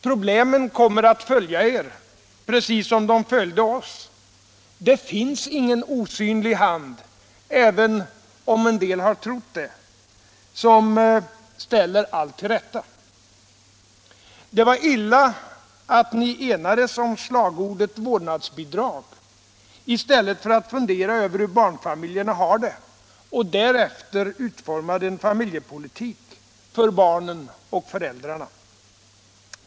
Problemen kommer att följa er, precis som de följde oss. Det finns ingen osynlig hand —- även om en del har trott det — som ställer allt till rätta. Det var illa att ni enades om slagordet vårdnadsbidrag i stället för att fundera över hur barnfamiljerna har det och därefter utforma en familjepolitik för barnen och föräldarna.